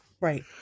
right